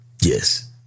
yes